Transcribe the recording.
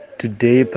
today